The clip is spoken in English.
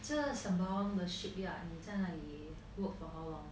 sembawang the shipyard 你在哪里 work for how long